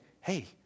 hey